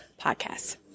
podcasts